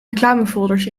reclamefolders